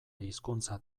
hizkuntza